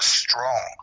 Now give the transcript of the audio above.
strong